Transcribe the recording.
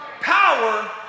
power